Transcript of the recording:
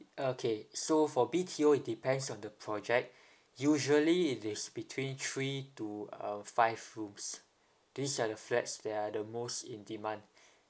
okay so for B_T_O it depends on the project usually it is between three to um five rooms these are the flats that are the most in demand